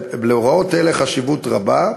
להוראות אלה חשיבות רבה,